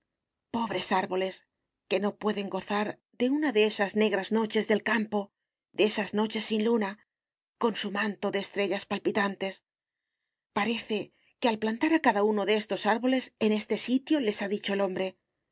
pobres árboles que no pueden gozar de una de esas negras noches del campo de esas noches sin luna con su manto de estrellas palpitantes parece que al plantar a cada uno de estos árboles en este sitio les ha dicho el hombre